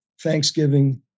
Thanksgiving